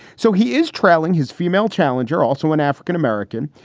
so he is trailing his female challenger, also an african-american,